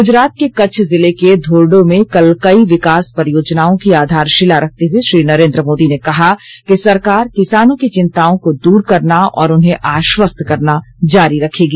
गुजरात के कच्छ जिले के धोर्डो में कल कई विकास परियोजनाओं की आधारशिला रखते हुए श्री नरेन्द्र मोदी ने कहा कि सरकार किसानों की चिंताओं को दूर करना और उन्हें आश्वस्त करना जारी रखेगी